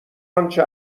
آنچه